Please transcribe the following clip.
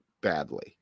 badly